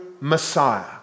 Messiah